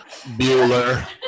Bueller